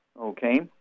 okay